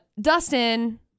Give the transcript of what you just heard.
Dustin